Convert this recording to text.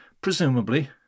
presumably